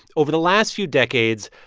over the last few decades,